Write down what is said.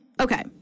Okay